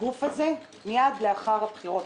הגוף הזה מיד לאחר הבחירות,